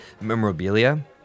memorabilia